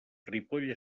ripoll